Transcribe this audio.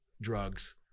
drugs